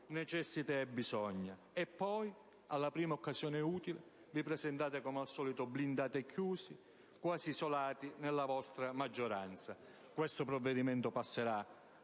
necessita e poi, alla prima occasione utile, vi presentate, come al solito, blindati, chiusi, quasi isolati nella vostra maggioranza. Questo provvedimento passerà